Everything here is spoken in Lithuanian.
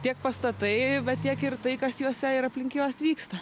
tiek pastatai tiek ir tai kas juose ir aplink juos vyksta